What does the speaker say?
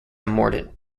mordant